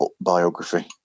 biography